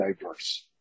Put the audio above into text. diverse